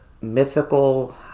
mythical